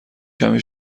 کمی